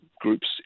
groups